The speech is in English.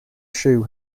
shoe